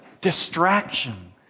distraction